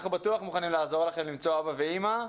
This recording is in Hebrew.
אנחנו בטוח מוכנים לעזור לכם למצוא אבא ואימא.